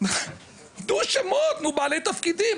תנו שמות, תנו בעלי תפקידים.